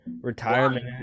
retirement